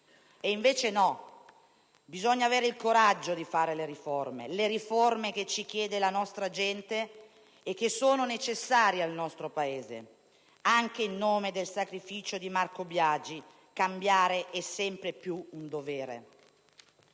E invece no. Bisogna avere il coraggio di fare le riforme, le riforme che ci chiede la nostra gente e che sono necessarie al nostro Paese. Anche in nome del sacrificio di Marco Biagi, cambiare è sempre più un dovere.